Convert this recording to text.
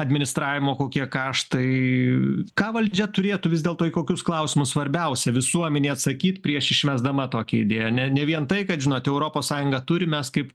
administravimo kokie kaštai ką valdžia turėtų vis dėlto į kokius klausimus svarbiausia visuomenei atsakyt prieš išmesdama tokia idėja ne ne vien tai kad žinot europos sąjunga turi mes kaip